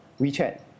WeChat